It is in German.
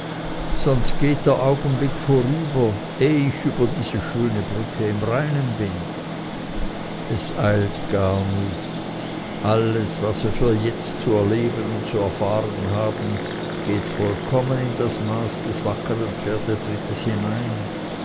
sonst geht der augenblick vorüber eh ich über diese schöne brücke im reinen bin es eilt gar nicht alles was wir für jetzt zu erleben und zu erfahren haben geht vollkommen in das maß des wackern pferdetrittes hinein